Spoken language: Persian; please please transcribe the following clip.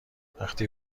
وقتی